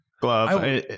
glove